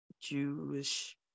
Jewish